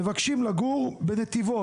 מבקשים לגור בנתיבות.